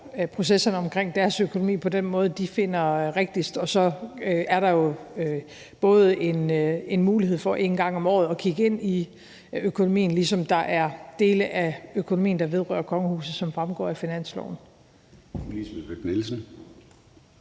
processerne omkring deres økonomi på den måde, de finder er rigtigst. Så er der jo både en mulighed for en gang om året at kigge ind i økonomien, ligesom der er dele af økonomien, der vedrører kongehuset, som fremgår af finansloven.